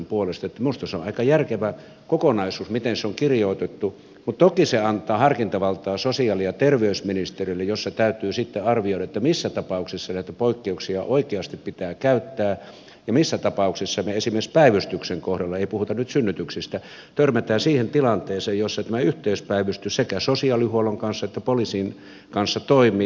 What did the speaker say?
minusta se on aika järkevä kokonaisuus miten se on kirjoitettu mutta toki se antaa harkintavaltaa sosiaali ja terveysministeriölle jossa täytyy sitten arvioida missä tapauksissa näitä poikkeuksia oikeasti pitää käyttää ja missä tapauksissa me esimerkiksi päivystyksen kohdalla ei puhuta nyt synnytyksistä törmäämme siihen tilanteeseen jossa tämä yhteispäivystys sekä sosiaalihuollon kanssa että poliisin kanssa toimii